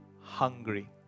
hungry